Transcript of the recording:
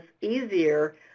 easier